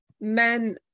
men